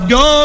go